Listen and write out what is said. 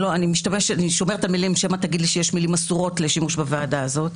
אני שומרת את המילים שמא תגיד לי שיש מילים אסורות לשימוש בוועדה הזאת.